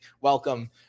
Welcome